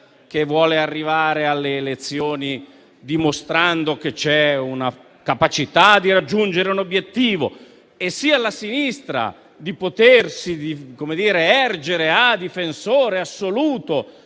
che vuole arrivare alle elezioni dimostrando che c'è la capacità di raggiungere un obiettivo, sia alla sinistra, che vuole potersi ergere a difensore assoluto